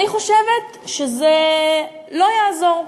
אני חושבת שזה לא יעזור,